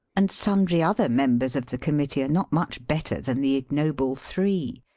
and sundry other members of the committee are not much better than the ignoble three.